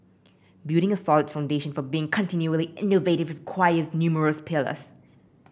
building a solid foundation for being continually innovative requires numerous pillars